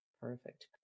Perfect